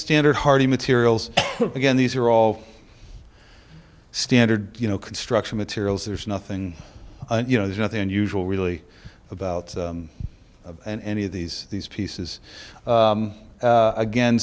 standard hardy materials again these are all standard you know construction materials there's nothing you know there's nothing unusual really about in any of these these pieces